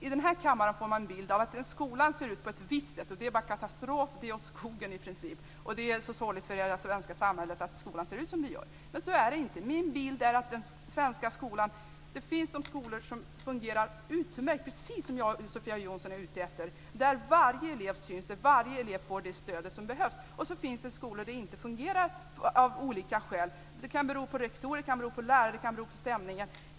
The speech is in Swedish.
I denna kammare får man en bild av att skolan ser ut på ett visst sätt, nämligen att det i princip är katastrof och åt skogen. Det är så sorgligt för hela det svenska samhället att skolan ser ut som den gör, menar man. Men så är det inte! Min bild av den svenska skolan är att det finns skolor som fungerar utmärkt, precis så som jag och Sofia Jonsson är ute efter. Där syns varje elev, och där får varje elev det stöd som behövs. Det finns också skolor där detta av olika skäl inte fungerar. Det kan bero på rektorer, på lärare eller på stämningen.